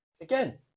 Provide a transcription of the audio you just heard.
again